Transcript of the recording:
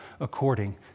according